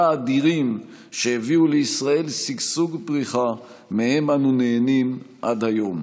האדירים שהביאו לישראל שגשוג ופריחה שמהם אנו נהנים עד היום.